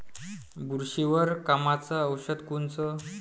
बुरशीवर कामाचं औषध कोनचं?